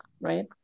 right